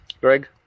Greg